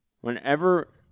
Whenever